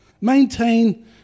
Maintain